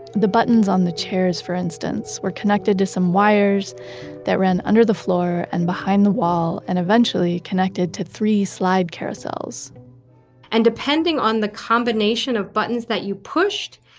the buttons on the chairs, for instance, were connected to some wires that ran under the floor and behind the wall and eventually connected to three slide carousels and depending on the combination of buttons that you pushed,